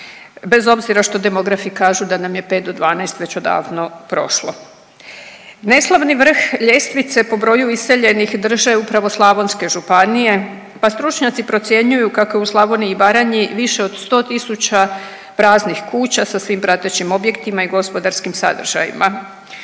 bez obzira što demografi kažu da nam je 5 do 12 već odavno prošlo. Neslavni vrh ljestvice po broju iseljenih drže upravo slavonske županije pa stručnjaci procjenjuju kako je u Slavoniji i Baranji više od 100 tisuća praznih kuća sa svim pratećim objektima i gospodarskim sadržajima.